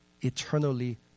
eternally